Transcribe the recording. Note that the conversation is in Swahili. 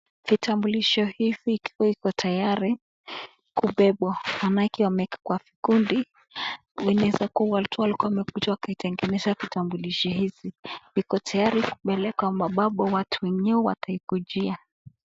Vitambulisho hivi ikiwa iko tayari kubebwa manake wameweka kwa vikundi. Inaweza kuwa watu walikuwa wamekuja wakaitengeneza vitambulisho hizi. Iko tayari kupelekwa ambapo watu wenyewe wataikujia.